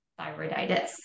thyroiditis